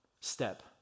step